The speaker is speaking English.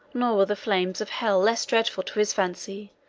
nor were the flames of hell less dreadful to his fancy,